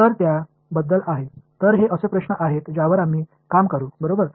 तर त्या बद्दल आहे तर हे असे प्रश्न आहेत ज्यावर आम्ही काम करू बरोबर